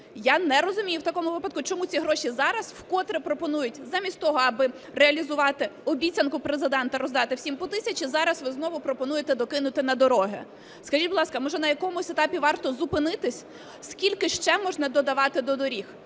Я не розумію в такому випадку, чому ці гроші зараз вкотре пропонують замість того, аби реалізувати обіцянку Президента роздати всім по тисячі, зараз ви знову пропонуєте докинути на дороги. Скажіть, будь ласка, може, на якомусь етапі варто зупинитись? Скільки ще можна додавати до доріг?